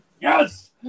yes